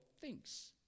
thinks